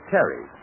Terry